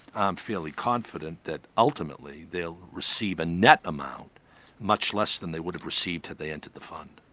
i'm fairly confident that ultimately they'll receive a nett amount much less than they would have received had they entered the fund.